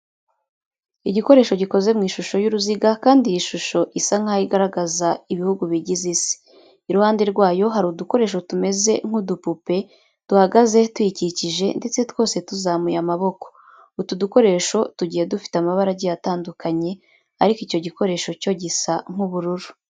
Igikoresho gikoze mu ishusho y'uruziga kandi iyi shusho isa nkaho igaragaza ibihugu bigize isi. Iruhande rwayo hari udukoresho tumeze nk'udupupe duhagaze tuyikikije ndetse twose tuzamuye amaboko. Utu dukoresho tugiye dufite amabara agiye atandukanye ariko icyo gikoresho cyo gisa nk'ubururu.